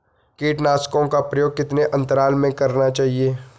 कीटनाशकों का प्रयोग कितने अंतराल में करना चाहिए?